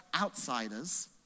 outsiders